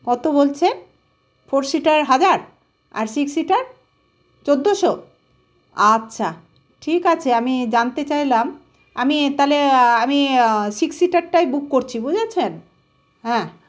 কত বলছেন four seater হাজার আর সিক্স সিটার চোদ্দশো আচ্ছা ঠিক আছে আমি জানতে চাইলাম আমি তাহলে আমি সিক্স সিটারটাই বুক করছি বুঝেছেন হ্যাঁ